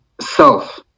self